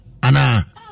Ana